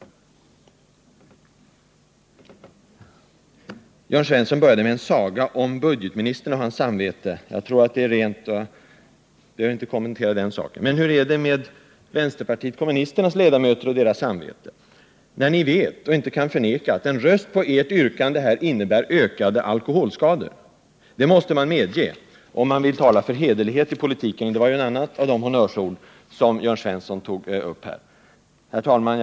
Jörn Svensson började sitt anförande med en saga om budgetministern och hans samvete. Jag tror att det är rent, och jag behöver inte kommentera den saken. Men hur är det med ledamöterna från vänsterpartiet kommunisterna och deras samveten, när ni vet och inte kan förneka att en röst på ert yrkande innebär ökade alkoholskador? Det måste man medge, om man vill tala för hederlighet i politiken. Och det var ju ett annat av de honnörsord som Jörn Svensson använde. Herr talman!